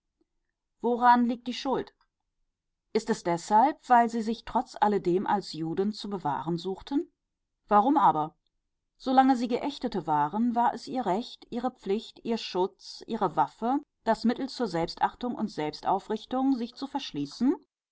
woran liegt die schuld ist es deshalb weil sie sich trotz alledem als juden zu bewahren suchten warum aber solange sie geächtete waren war es ihr recht ihre pflicht ihr schutz ihre waffe das mittel zur selbstachtung und selbstaufrichtung sich zu verschließen